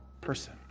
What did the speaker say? person